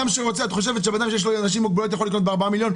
את חושבת שבן אדם שיש לו ילדים עם מוגבלות יכול לקנות בארבעה מיליון?